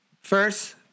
first